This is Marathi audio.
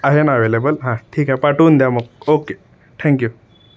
आहे ना अवेलेबल हां ठीक आहे पाठवून द्या मग ओके ठँक्यू